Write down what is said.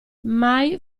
mai